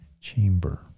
chamber